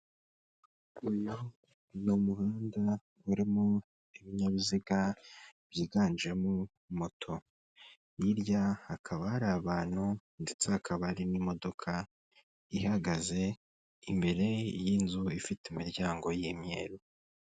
Uyu ni muhanda urimo ibinyabiziga byiganjemo moto, hirya hakaba hari abantu ndetse hakaba hari n'imodoka ihagaze imbere y'inzu ifite imiryango y'imyeru.